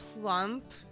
plump